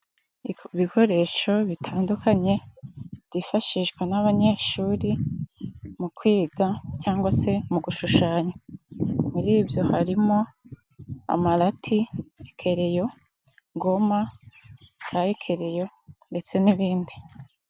Ibikoresho bitandukanye byifashishwa n'abanyeshuri mu kwiga cyangwa se mu gushushanya, muri ibyo harimo amarati, keleyo, goma, tayekereyo ndetse n'ibindi.